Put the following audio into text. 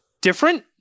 different